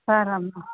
సరే అమ్మ